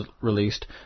released